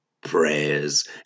prayers